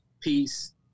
peace